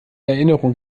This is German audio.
erinnerung